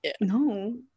No